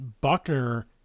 Buckner